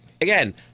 again